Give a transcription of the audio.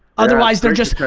otherwise they're just,